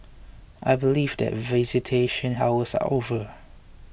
I believe that visitation hours are over